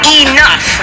enough